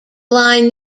line